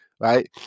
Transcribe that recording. right